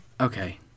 okay